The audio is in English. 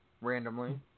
randomly